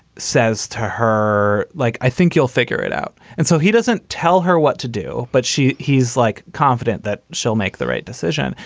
says to her, like, i think you'll figure it out and so he doesn't tell her what to do, but she he's like confident that she'll make the right decision.